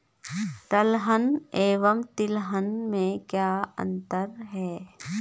दलहन एवं तिलहन में क्या अंतर है?